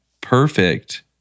perfect